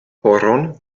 horon